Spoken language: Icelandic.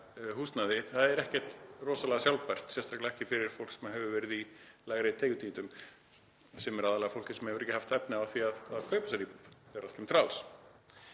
húsnæði er ekkert rosalega sjálfbært, sérstaklega ekki fyrir fólk sem hefur verið í lægri tekjutíundunum, sem er aðallega fólkið sem hefur ekki haft efni á því að kaupa sér íbúð þegar allt kemur